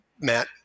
matt